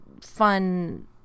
fun